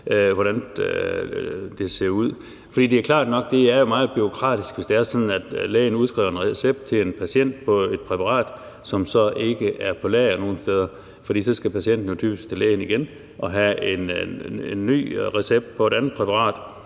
hvordan det ser ud. Det er klart, at det er meget bureaukratisk, hvis det er sådan, at lægen udskriver en recept til en patient på et præparat, som så ikke er på lager nogen steder, for så skal patienten jo typisk til lægen igen og have en ny recept på et andet præparat.